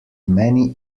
many